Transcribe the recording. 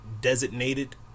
designated